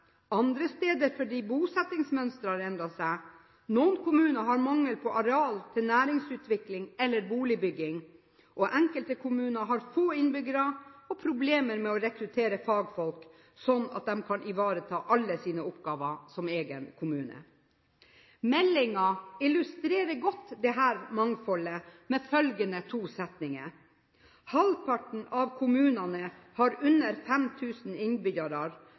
andre steder fordi bosettingsmønsteret har endret seg. Noen kommuner har mangel på areal til næringsutvikling eller boligbygging, og enkelte kommuner har få innbyggere og problemer med å rekruttere fagfolk slik at de kan ivareta alle sine oppgaver som egen kommune. Meldingen illustrerer godt dette mangfoldet med følgende to setninger: «Halvparten av kommunane har under 5000